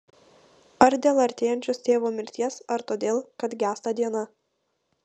ar dėl artėjančios tėvo mirties ar todėl kad gęsta diena